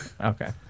okay